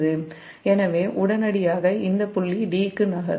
எனவே உடனடியாக இந்த புள்ளி 'd' க்கு நகரும்